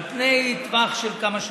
על פני כמה שנים.